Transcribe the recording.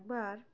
বার